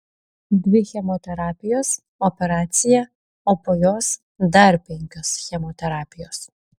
dvi chemoterapijos operacija o po jos dar penkios chemoterapijos